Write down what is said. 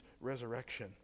resurrection